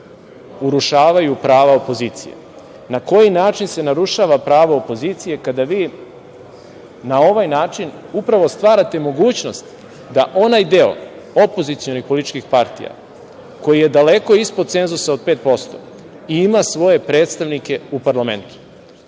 urušavaju prava opozicije. Na koji način se narušava pravo opozicije kada vi na ovaj način upravo stvarate mogućnost da onaj deo opozicionih političkih partija koji je daleko ispod cenzusa od 5% i ima svoje predstavnike u parlamentu. Slažem